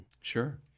Sure